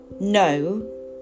No